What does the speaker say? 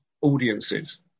audiences